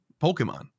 Pokemon